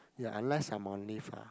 ya unless I am on leave ah